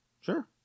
Sure